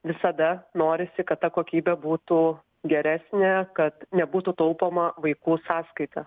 visada norisi kad ta kokybė būtų geresnė kad nebūtų taupoma vaikų sąskaita